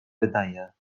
wydaje